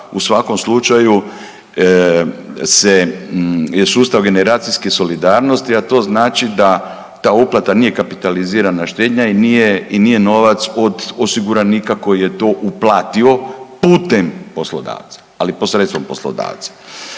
u svakom slučaju se, je sustav generacijske solidarnosti, a to znači da ta uplata nije kapitalizirana štednja i nije novac od osiguranika koji je to uplatio putem poslodavca, ali posredstvom poslodavca